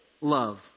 love